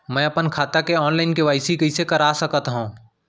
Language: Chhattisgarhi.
मैं अपन खाता के ऑनलाइन के.वाई.सी कइसे करा सकत हव?